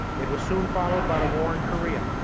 it was soon followed by the war in korea,